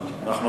תודה.